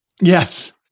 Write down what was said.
Yes